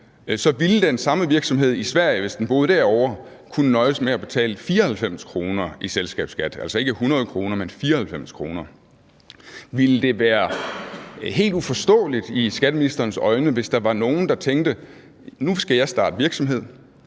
ville den samme virksomhed i Sverige, hvis den boede derovre, kunne nøjes med at betale 94 kr. i selskabsskat – altså ikke 100 kr., men 94 kr. Ville det være helt uforståeligt i skatteministerens øjne, hvis der var nogle, der tænkte: Nu skal jeg starte virksomhed;